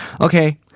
Okay